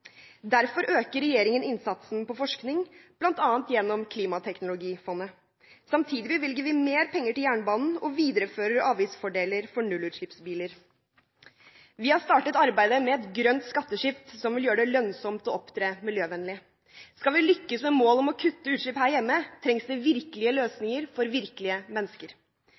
Derfor øker regjeringen innsatsen på forskning, bl.a. gjennom klimateknologifondet. Samtidig bevilger vi mer penger til jernbanen og viderefører avgiftsfordeler for nullutslippsbiler. Vi har startet arbeidet med et grønt skatteskift som vil gjøre det lønnsomt å opptre miljøvennlig. Skal vi lykkes med mål om å kutte utslipp her hjemme, trengs det virkelige løsninger for virkelige mennesker.